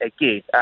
again